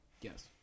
yes